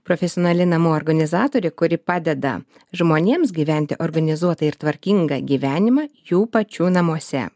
profesionali namų organizatorė kuri padeda žmonėms gyventi organizuotą ir tvarkingą gyvenimą jų pačių namuose